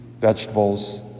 vegetables